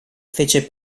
fece